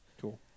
Cool